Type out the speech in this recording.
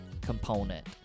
component